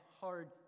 hard